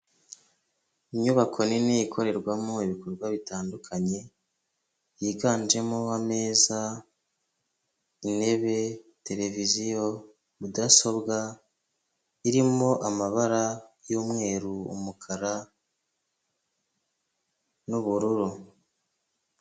Inyubako nini ikorerwamo ibikorwa bitandukanye, yiganjemo ameza, intebe, televiziyo, mudasobwa, irimo amabara y'umweru, umukara, n'ubururu.